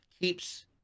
keeps